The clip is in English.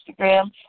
Instagram